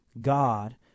God